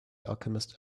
alchemist